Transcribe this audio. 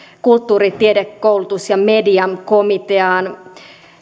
kulttuuri tiede koulutus ja mediakomiteaan